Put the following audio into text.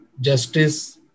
justice